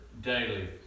daily